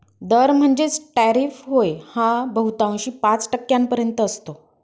दर म्हणजेच टॅरिफ होय हा बहुतांशी पाच टक्क्यांपर्यंत असतो